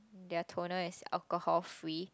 their toner is alcohol free